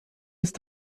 ist